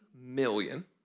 million